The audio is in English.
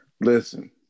Listen